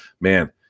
man